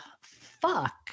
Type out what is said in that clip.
fuck